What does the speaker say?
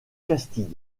castille